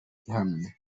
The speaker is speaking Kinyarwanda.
ihamye